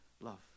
love